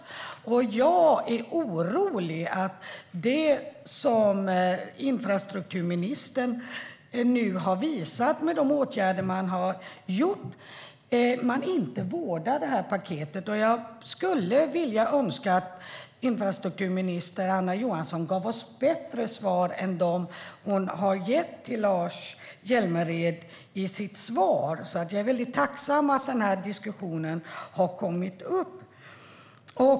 Mot bakgrund av vad infrastrukturministern nu har visat är jag orolig för att man inte vårdar paketet. Jag skulle önska att infrastrukturminister Anna Johansson gav oss bättre svar än dem hon har gett i svaret till Lars Hjälmered. Jag är därför väldigt tacksam för att den här diskussionen har kommit upp.